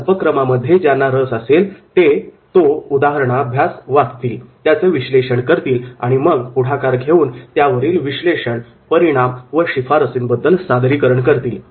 या उपक्रमामध्ये ज्यांना रस असेल ते ती केसस्टडी वाचतील त्याचे विश्लेषण करतील आणि मग पुढाकार घेऊन त्यावरील विश्लेषण परिणाम व शिफारसींबद्दल सादरीकरण करतील